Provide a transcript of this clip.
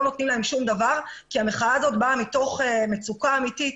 נותנים להם שום דבר כי המחאה הזאת באה מתוך מצוקה אמיתית,